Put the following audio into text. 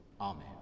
Amen